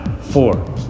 four